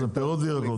פירות וירקות.